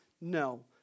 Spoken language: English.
no